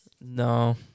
No